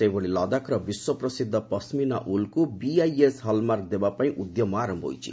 ସେହିଭଳି ଲଦାଖର ବିଶ୍ୱପ୍ରସିଦ୍ଧ ପସ୍ମିନା ଉଲ୍କୁ ବିଆଇଏସ୍ ହଲ୍ମାର୍କ ଦେବା ପାଇଁ ଉଦ୍ୟମ ଆରମ୍ଭ ହୋଇଛି